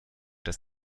dass